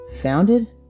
founded